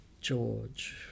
George